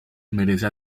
merece